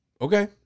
Okay